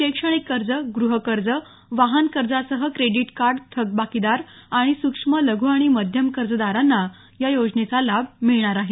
शैक्षणिक कर्ज गृहकर्ज वाहनकर्जासह क्रेडीट कार्ड थकबाकीदार आणि सुक्ष्म लघ् आणि मध्यम कर्जदारांना या योजनेचा लाभ मिळणार आहे